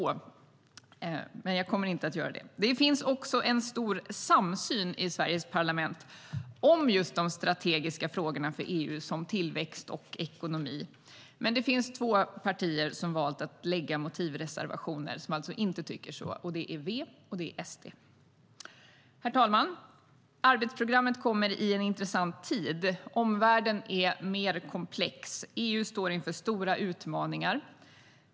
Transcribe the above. Det kommer jag dock inte att göra. Herr talman! Arbetsprogrammet kommer i en intressant tid. Omvärlden är mer komplex. EU står inför stora utmaningar.